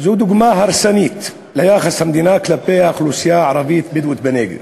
זו דוגמה הרסנית ליחס המדינה כלפי האוכלוסייה הערבית-בדואית בנגב.